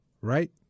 right